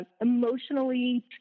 emotionally